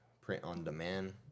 print-on-demand